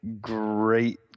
great